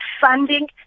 funding